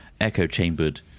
echo-chambered